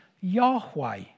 Yahweh